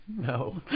No